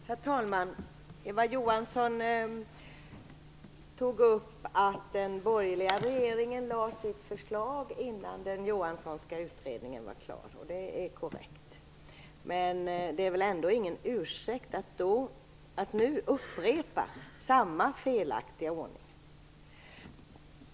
Herr talman! Eva Johansson tog upp att den borgerliga regeringen lade fram sitt förslag innan den Johanssonska utredningen var klar. Det är korrekt. Men det är väl ingen ursäkt för att nu upprepa samma felaktiga ordning.